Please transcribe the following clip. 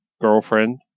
girlfriend